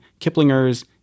Kiplinger's